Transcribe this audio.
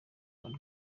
rwo